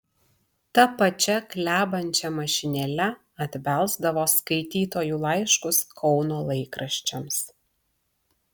ta pačia klebančia mašinėle atbelsdavo skaitytojų laiškus kauno laikraščiams